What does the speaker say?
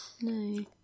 no